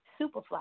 Superfly